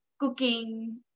cooking